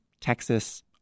Texas